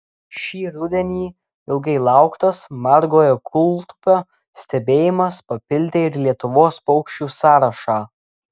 šį rudenį ilgai lauktas margojo kūltupio stebėjimas papildė ir lietuvos paukščių sąrašą